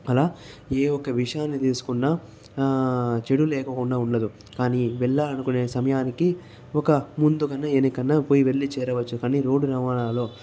అలా ఏ ఒక విషయాన్ని తీసుకున్న చెడు లేకోకుండా ఉండదు కానీ వెళ్లాలనుకునే సమయానికి ఒక ముందు కన్నా వెనకన్నా పోయి వెళ్లి చేరవచ్చు కానీ రోడ్డు రవాణాలో